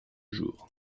jour